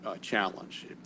challenge